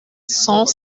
cent